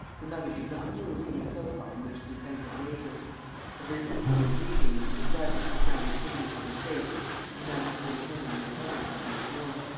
the mother did not move from the sofa on which lupin had laid her but her easier breathing and the blood which was now returning to her face announced her impending recovery from her swoon.